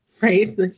Right